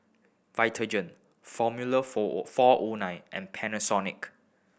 Vitagen Formula Four Four O Nine and Panasonic